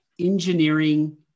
engineering